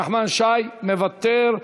נחמן שי, מוותר.